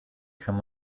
kann